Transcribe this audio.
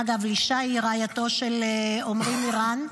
אגב, לישי היא רעייתו של עמרי מירן,